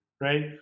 right